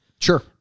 sure